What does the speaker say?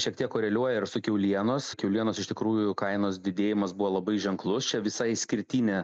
šiek tiek koreliuoja ir su kiaulienos kiaulienos iš tikrųjų kainos didėjimas buvo labai ženklus čia visa išskirtine